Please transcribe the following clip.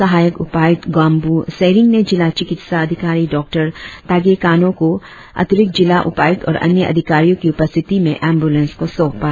सहायक उपायुक्त गोम्बू सेरिंग ने जिला चिकित्सा अधिकारी डॉ तागे कानो को अतिरिक्त जिला उपायुक्त और अन्य अधिकारियों की उपस्थिति में एम्बुलेंस को सौंपा